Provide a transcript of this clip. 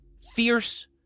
Fierce